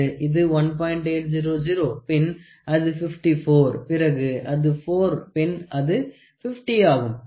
800 பின் அது 54 பிறகு அது 4 பின் அது 50 ஆகும்